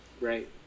Right